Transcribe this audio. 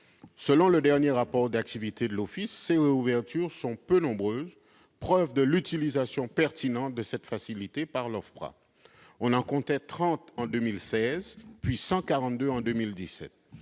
Selon le dernier rapport d'activité de l'Office, ces réouvertures sont peu nombreuses, preuve de l'utilisation pertinente de cette facilité par l'OFPRA. On en comptait 30 en 2016, puis 142 en 2017.